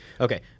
Okay